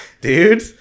Dude